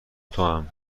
توام